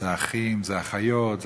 האחים והאחיות,